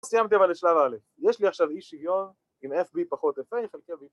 ‫סיימתם על השלב האלה. ‫יש לי עכשיו אי שוויון ‫עם FB פחות FA חלקי V.